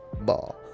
ball